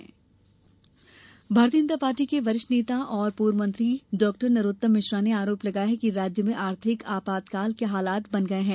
नरोत्तम आरोप भारतीय जनता पार्टी के वरिष्ठ नेता एवं पूर्व मंत्री नरोत्तम मिश्रा ने आरोप लगाया है कि राज्य में आर्थिक आपात काल के हालात बन गये हैं